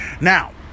Now